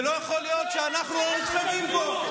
זה לא יכול להיות שאנחנו לא נחשבים פה,